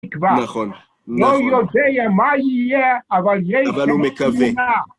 תקווה. נכון, נכון, לא יודע מה יהיה, אבל יש שם את... אבל הוא מקווה.